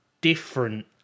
different